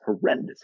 horrendous